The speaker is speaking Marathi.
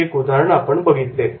हे एक उदाहरण आपण बघितले